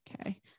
okay